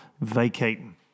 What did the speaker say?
vacating